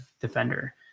defender